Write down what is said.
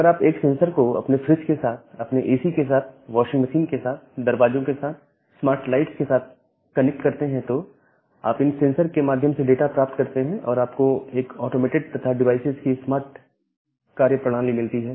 अगर आप एक सेंसर को अपने फ्रिज के साथ अपने एसी के साथ वाशिंग मशीन के साथ दरवाजों के साथ स्मार्ट लाइट्स के साथ कनेक्ट करते हैं तो आप इन सेंसर के माध्यम से डाटा प्राप्त करते हैं और आपको एक ऑटोमेटेड तथा इन डिवाइसेज की स्मार्ट कार्यप्रणाली मिलती है